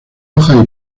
hojas